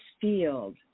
field